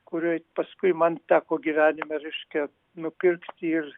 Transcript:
kurioj paskui man teko gyvenime reiškia nupirkti ir